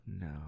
No